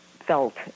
felt